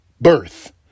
birth